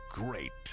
great